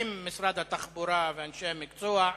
עם משרד התחבורה ואנשי המקצוע,